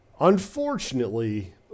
Unfortunately